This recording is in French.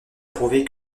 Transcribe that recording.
prouver